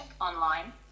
online